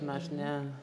nu aš ne